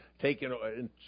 taken